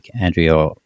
Andrea